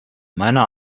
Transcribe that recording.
meiner